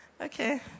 Okay